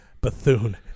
Bethune